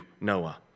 Noah